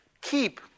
keep